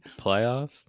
playoffs